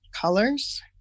colors